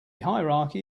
hierarchy